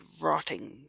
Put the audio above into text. rotting